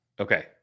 Okay